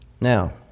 Now